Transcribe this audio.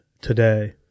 today